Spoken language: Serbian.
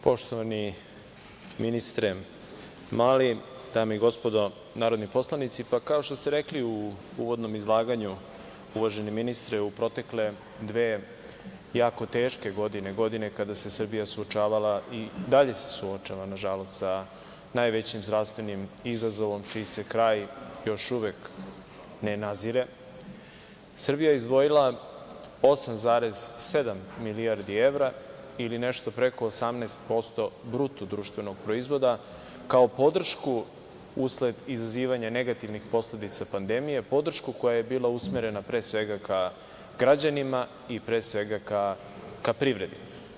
Poštovani ministre Mali, dame i gospodo narodni poslanici, pa kao što ste rekli u uvodnom izlaganju, uvaženi ministre, u protekle dve jako teške godine, godine kada se Srbija suočavala i dalje se suočava, nažalost, sa najvećim zdravstvenim izazovom, čiji se kraj još uvek ne nazire, Srbija je izdvojila 8,7 milijardi evra ili nešto preko 18% BDP-a, kao podršku usled izazivanja negativnih posledica pandemije, podršku koja je bila usmerena, pre svega, ka građanima i, pre svega, ka privredi.